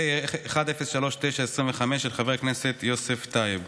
של חבר הכנסת יוסף טייב.